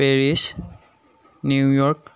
Paris New York